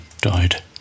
died